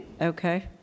Okay